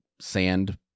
sand